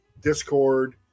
discord